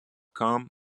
com